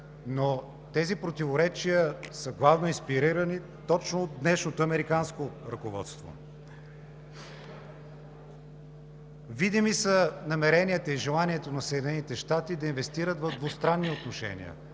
но тези противоречия са главно инспирирани точно от днешното американско ръководство. Видими са намеренията и желанията на Съединените щати да инвестират в двустранни отношения